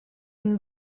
une